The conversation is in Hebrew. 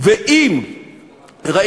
וגם הן צריכות לעשות תיקון גדול.